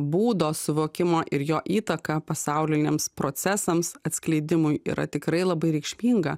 būdo suvokimo ir jo įtaką pasauliniams procesams atskleidimui yra tikrai labai reikšminga